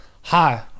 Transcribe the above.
Hi